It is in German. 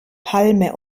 palme